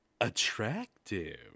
attractive